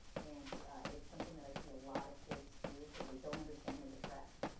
and it's something that i see a lot of kids do because they don't understand. they're depressed.